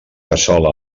cassola